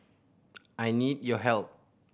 I need your help